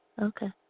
Okay